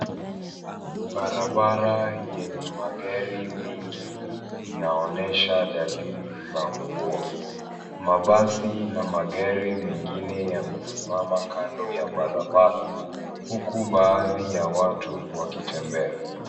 Barabara, yenye magari mengi inaonyesha dalili za mvua. Mabasi na magari mengine yamesimama kando ya barabara, huku baadhi ya watu wakitembea.